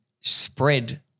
spread